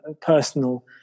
personal